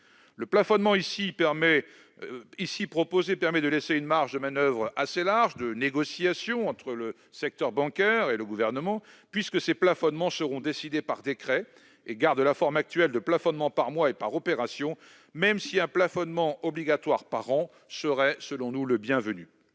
Le plafonnement proposé par ce texte permet de laisser une marge de manoeuvre assez large aux négociations entre le secteur bancaire et le Gouvernement, puisqu'il sera décidé par décret et garde la forme actuelle d'un plafonnement par mois et par opération. Toutefois, un plafonnement obligatoire par an serait, selon nous, le bienvenu.